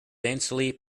densely